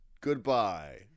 Goodbye